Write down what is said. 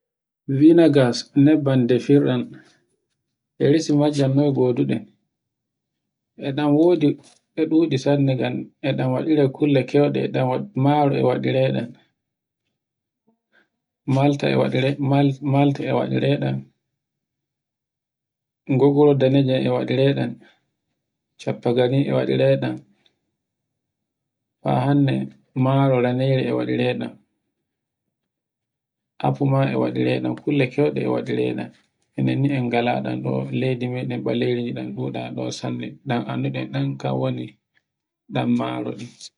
Vinegas nebban defirɗan e resi majam noye goduɗen. E ɗan wodi e ɗuɗi sanne ngan e ɗan waɗire kulle kewɗe e ɗan maro e ɗan waɗire ɗan. Malta e waɗire, mal m,alta e waɗire ɗan, gogoro daneja e ɗan waɗire ɗan, coppegani e waɗire ɗan. Ha hande maro raneri e waɗire ɗan. afu ma e waɗire ɗan, kulle kewɗe e waɗire ɗan. enen ni en gala ɗan ɗo leydi maɗen ɓaleri ni e ɗan ɗuɗa ɗo sanne. ɗan annduɗan ɗan kan woni ɗan maro ni.